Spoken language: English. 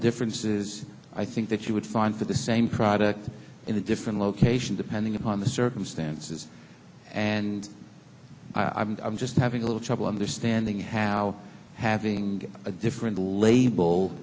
differences i think that you would find for the same product in a different location depending upon the circumstances and i think i'm just having a little trouble understanding how having a different label